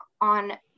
on